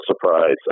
surprise